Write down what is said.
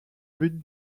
but